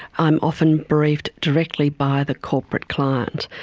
i'm often briefed directly by the corporate client.